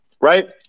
Right